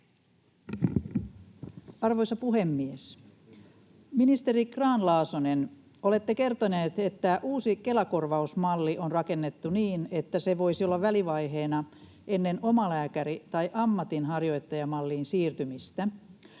Arvoisa puhemies! Ministeri Grahn-Laasonen, olette kertonut, että uusi Kela-korvausmalli on rakennettu niin, että se voisi olla välivaiheena ennen omalääkäri- tai ammatinharjoittajamalliin siirtymistä.